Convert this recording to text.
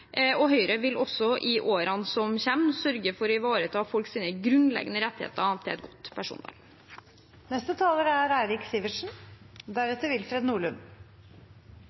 og Høyre vil også i årene som kommer, sørge for å ivareta folks grunnleggende rettigheter til et godt